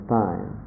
time